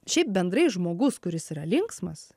šiaip bendrai žmogus kuris yra linksmas